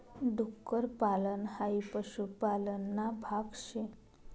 डुक्कर पालन हाई पशुपालन ना भाग शे